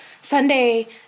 Sunday